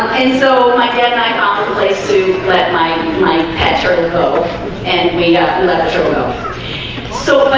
and so my dad like ah my place to let my my patrick oh and we have left remote so